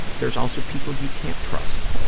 there's also people you can't trust,